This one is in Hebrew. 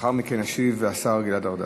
לאחר מכן ישיב השר גלעד ארדן.